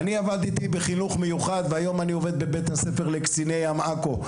אני עבדתי בחינוך מיוחד והיום אני עובד בבית הספר לקציני ים בעכו.